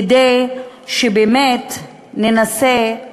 כדי שבאמת ננסה,